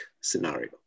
scenario